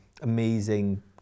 amazing